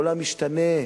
העולם משתנה,